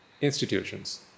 institutions